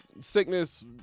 sickness